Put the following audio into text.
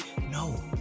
No